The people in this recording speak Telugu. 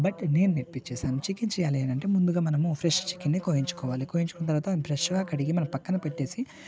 బట్ నేను నేర్పించేసాను చికెన్ చేయాలి అని అంటే ముందుగా మనము ఫ్రెష్ చికెన్ని కోయించుకోవాలి కోయించుకున్న తర్వాత ఫ్రెషుగా కడిగి మనం పక్కన పెట్టేసి